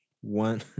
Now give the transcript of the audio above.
One